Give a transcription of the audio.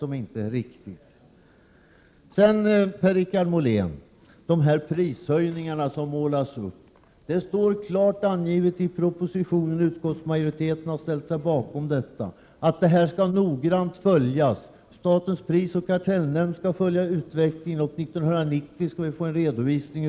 Beträffande de prishöjningar, Per-Richard Molén, som här målats upp vill jag framhålla att propositionen klart anger — och utskottsmajoriteten har ställt sig bakom propositionens förslag — att utvecklingen skall följas noga. Statens prisoch kartellnämnd skall följa denna och 1990 får vi en redovisning.